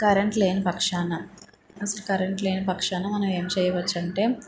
current లేని పక్షాన అసలు కరెంటు లేని పక్షాన మనం ఏమి చేయవచ్చు అంటే